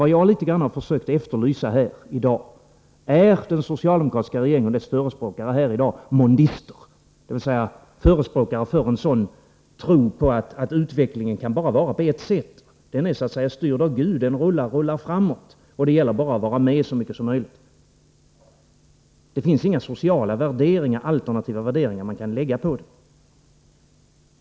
Vad jag har försökt efterlysa här i dag är om den socialdemokratiska regeringen och dess förespråkare här är mondister, dvs. förespråkare för en sådan tro på att utvecklingen bara kan bli på ett sätt, att den så att säga är styrd av Gud och bara rullar framåt och att det gäller att vara med så mycket som möjligt; det finns inga sociala alternativa värderingar man kan ha på utvecklingen.